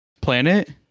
planet